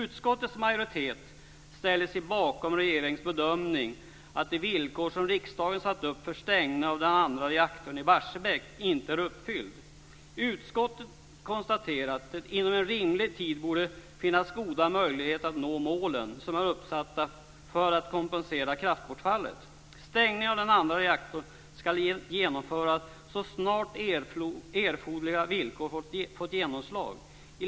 Utskottets majoritet ställer sig bakom regeringens bedömning att de villkor som riksdagen satt upp för stängningen av den andra reaktorn i Barsebäck inte är uppfyllt. Utskottet konstaterar att det inom en rimlig tid borde finnas goda möjligheter att nå målen som är uppsatta för att kompensera kraftbortfallet. Stängningen av den andra reaktorn ska genomföras så snart erforderliga villkor fått genomslag.